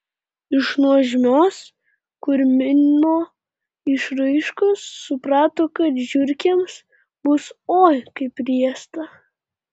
iš nuožmios kurmino išraiškos suprato kad žiurkėms bus oi kaip riesta